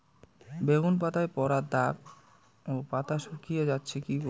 বেগুন পাতায় পড়া দাগ ও পাতা শুকিয়ে যাচ্ছে কি করব?